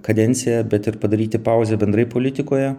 kadenciją bet ir padaryti pauzę bendrai politikoje